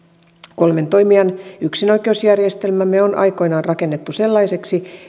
kolmen toimijan yksinoikeusjärjestelmämme on aikoinaan rakennettu sellaiseksi